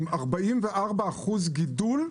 עם 44% גידול.